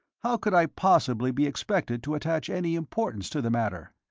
how could i possibly be expected to attach any importance to the matter?